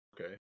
okay